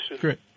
Great